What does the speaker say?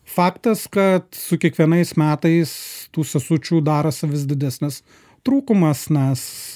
faktas kad su kiekvienais metais tų sesučių darosi vis didesnis trūkumas nes